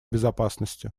безопасности